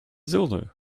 zulu